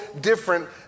different